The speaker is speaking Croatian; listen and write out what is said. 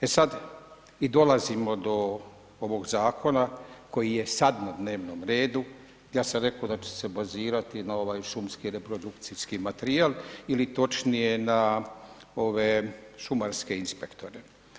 E sad i dolazimo do ovog zakona koji je sad na dnevnom redu, ja sam rekao da ću se bazirati na ovaj šumski reprodukcijski materijal ili točnije na ove šumarske inspektore.